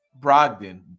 Brogdon